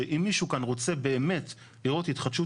שאם מישהו כאן רוצה באמת לראות התחדשות